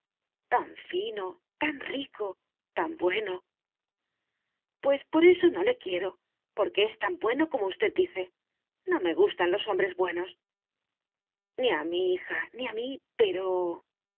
tan fino tan rico tan bueno pues por eso no le quiero porque es tan bueno como usted dice no me gustan los hombres buenos ni a mí hija ni a mí pero